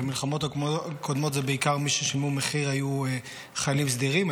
במלחמות הקודמות אלה ששילמו את המחיר היו חיילים סדירים.